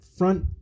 front